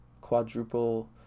quadruple